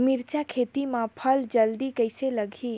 मिरचा खेती मां फल जल्दी कइसे लगही?